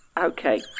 okay